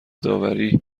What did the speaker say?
داوری